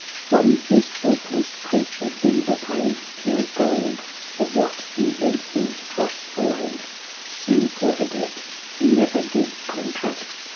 from his helpless creature be repaid pure gold for what he lent him dross-allay'd sue for a debt he never did contract,